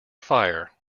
fire